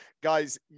guys